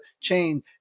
chain